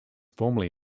formerly